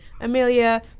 Amelia